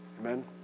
Amen